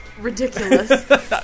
Ridiculous